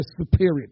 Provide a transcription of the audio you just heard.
superior